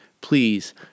Please